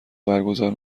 برگزار